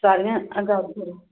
ਸਾਰੀਆਂ